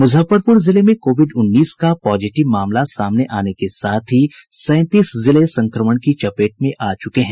मुजफ्फरपुर जिले में कोविड उन्नीस का पॉजिटिव मामला सामने आने के साथ ही सैंतीस जिले संक्रमण की चपेट में आ चुके हैं